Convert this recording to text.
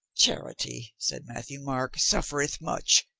charity, said matthieu-marc, suffereth much.